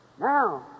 Now